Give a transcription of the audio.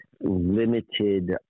limited